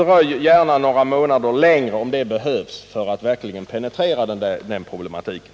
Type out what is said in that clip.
Dröj gärna några månader längre, om det behövs för att verkligen penetrera den här problematiken!